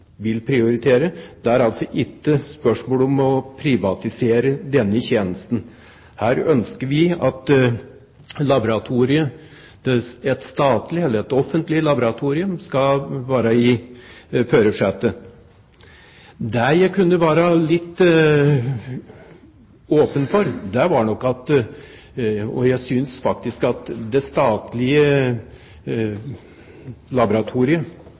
vil prioritere. Det er altså ikke spørsmål om å privatisere denne tjenesten. Her ønsker vi at laboratoriet – et statlig, eller offentlig, laboratorium – skal være i førersetet. Det jeg kunne være litt åpen for, er nok – og det synes jeg faktisk – at det statlige laboratoriet